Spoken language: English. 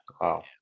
Wow